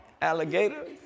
alligator